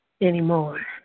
anymore